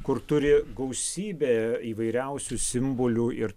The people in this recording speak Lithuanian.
kur turi gausybę įvairiausių simbolių ir